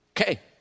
Okay